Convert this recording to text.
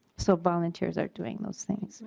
so volunteers are doing those things.